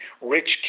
rich